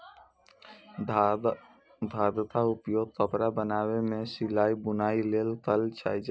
धागाक उपयोग कपड़ा बनाबै मे सिलाइ, बुनाइ लेल कैल जाए छै